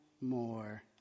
more